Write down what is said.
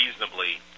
reasonably